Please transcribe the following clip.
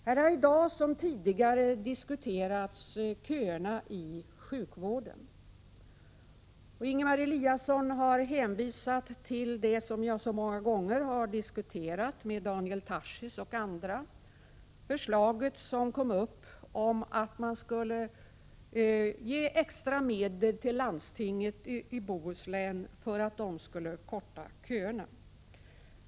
Här har i dag som tidigare diskuterats köerna i sjukvården. Ingemar Eliasson har hänvisat till det som jag så många gånger har diskuterat med Daniel Tarschys och andra, nämligen förslaget som kom upp om att man skulle ge extra medel till landstinget i Bohuslän för att det skulle korta köerna.